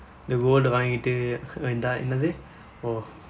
அந்த:andtha gold வாங்கிட்டு இதான் என்னது:vaangkitdu ithaan ennathu oh